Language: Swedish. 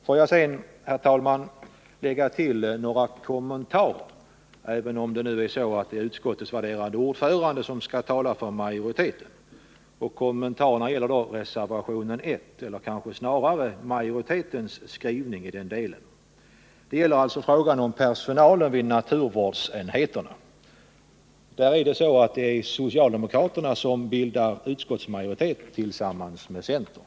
Får jag sedan, herr talman, göra några kommentarer, även om det är utskottets ordförande som skall tala för majoriteten. Kommentarerna gäller reservationen 1 eller snarare majoritetens skrivning i denna del. Det gäller frågan om personalen vid naturvårdsenheterna. Socialdemokraterna utgör här majoritet tillsammans med centern.